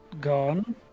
Gone